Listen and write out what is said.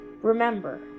Remember